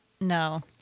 No